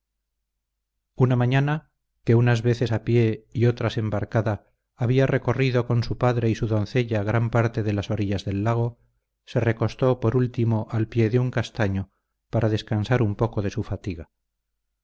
una mañana que unas veces a pie y otras embarcada había recorrido con su padre y su doncella gran parte de las orillas del lago se recostó por último al pie de un castaño para descansar un poco de su fatiga